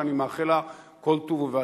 שאני מאחל לה כל טוב ובהצלחה.